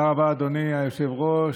תודה רבה, אדוני היושב-ראש.